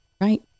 right